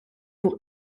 pour